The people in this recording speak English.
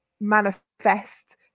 manifest